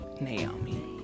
Naomi